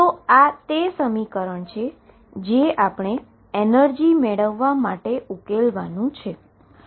તો આ તે સમીકરણ છે જે આપણે એનર્જી મેળવવા માટે ઉકેલવાનુ છે